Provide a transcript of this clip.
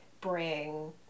bring